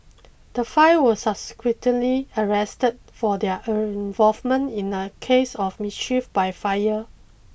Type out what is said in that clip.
the five were subsequently arrested for their own involvement in a case of mischief by fire